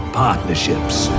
partnerships